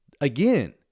Again